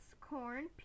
corn